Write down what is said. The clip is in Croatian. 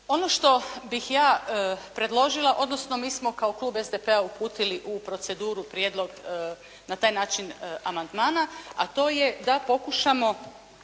Ono što bih ja predložila, odnosno mi smo kao klub SDP-a uputili u proceduru prijedlog na taj način amandmana, a to je da pokušamo